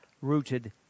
rooted